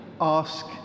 ask